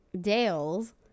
Dale's